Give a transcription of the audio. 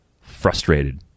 frustrated